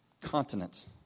continents